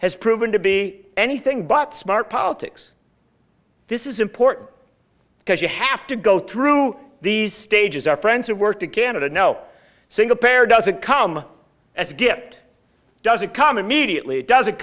has proven to be anything but smart politics this is important because you have to go through these stages are friends of work to candidate no single pair doesn't come as a gift doesn't come immediately it doesn't